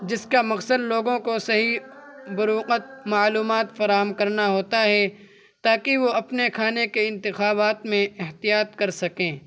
جس کا مقصد لوگوں کو صحیح بروقت معلومات فراہم کرنا ہوتا ہے تاکہ وہ اپنے کھانے کے انتخابات میں احتیاط کر سکیں